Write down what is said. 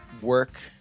work